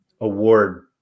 award